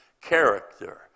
character